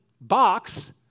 box